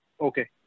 okay